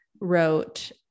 wrote